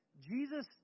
Jesus